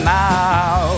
now